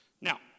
Now